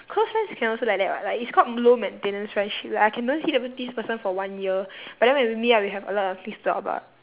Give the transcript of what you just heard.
close friends can also like that [what] like it's called low maintenance friendship like I can don't see the pers~ this person for one year but then when we meet up we have a lot of things to talk about